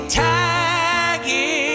tagging